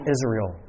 Israel